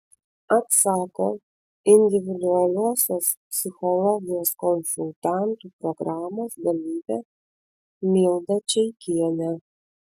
atsako individualiosios psichologijos konsultantų programos dalyvė milda čeikienė